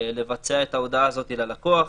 לבצע את ההודעה הזו ללקוח,